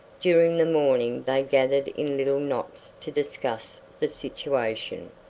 during the morning they gathered in little knots to discuss the situation.